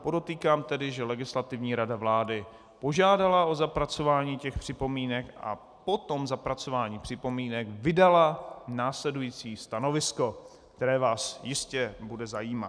Podotýkám tedy, že Legislativní rada vlády požádala o zapracování těch připomínek a po zapracování připomínek vydala následující stanovisko, které vás jistě bude zajímat.